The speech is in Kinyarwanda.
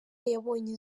yabonye